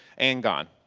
and gone.